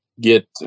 get